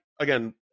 again